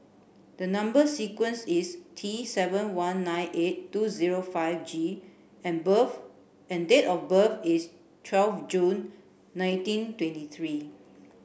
the number sequence is T seven one nine eight two zero five G and birth date of birth is twelve June nineteen twenty three